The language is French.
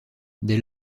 des